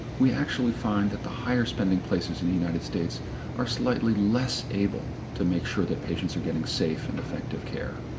we actually find that the higher spending places in the united states are slightly less able to make sure their patients are getting safe and effective care.